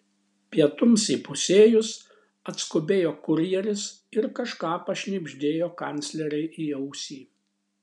pietums įpusėjus atskubėjo kurjeris ir kažką pašnibždėjo kanclerei į ausį